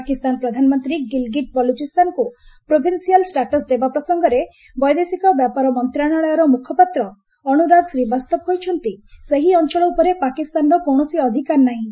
ପାକିସ୍ତାନ ପ୍ରଧାନମନ୍ତ୍ରୀ ଗିଲିଗିଟ୍ ବଲ୍ତୁଚିସ୍ଥାନକୁ provincial status ଦେବା ପ୍ରସଙ୍ଗରେ ବୈଦେଶିକ ବ୍ୟାପାର ମନ୍ତ୍ରଣାଳୟର ମ୍ରଖପାତ୍ର ଅନ୍ତରାଗ ଶ୍ରୀବାସ୍ତବ କହିଛନ୍ତି ସେହି ଅଞ୍ଚଳ ଉପରେ ପାକିସ୍ତାନର କୌଣସି ଅଧିକାର ନାହିଁ